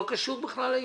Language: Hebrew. זה לא קשור בכלל לעניין.